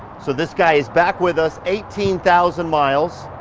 so this guy is back with us. eighteen thousand miles